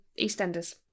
EastEnders